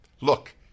look